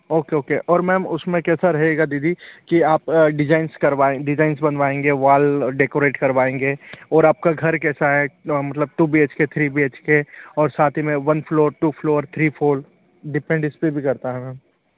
okay okay और ma'am उसमें कैसा रहेगा दीदी कि आप डिजाइन्स करवाएंगी डिजाइन्ज़ बनवाएंगी या वॉल डेकोरेट करवाएंगे और आपका घर कैसा है मतलब two B H K three B H K और साथ ही में one floor two floor three floor depend इस पर भी करता है मैम